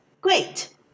great